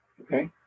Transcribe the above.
okay